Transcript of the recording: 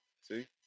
See